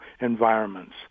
environments